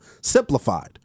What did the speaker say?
Simplified